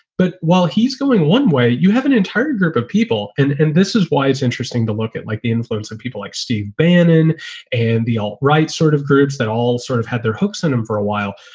but while he's going one way, you have an entire group of people. and this is why it's interesting to look at like the influence of people like steve bannon and the all right. sort of groups that all sort of had their hooks in him for a while.